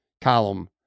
column